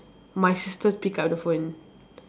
my sister pick up the phone